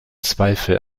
zweifel